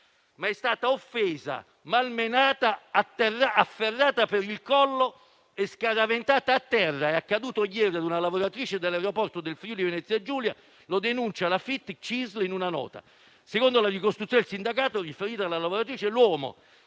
ma è stata offesa, malmenata, afferrata per il collo e scaraventata a terra. È accaduto ieri a una lavoratrice dell'aeroporto del Friuli Venezia Giulia. Lo denuncia la FIT-CISL in una nota. Secondo la ricostruzione del sindacato riferita dalla lavoratrice, l'uomo,